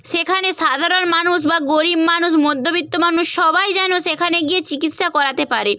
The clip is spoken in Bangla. সেখানে সাধারণ মানুষ বা গরীব মানুষ মধ্যবিত্ত মানুষ সবাই যেন সেখানে গিয়ে চিকিৎসা করাতে পারে